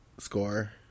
score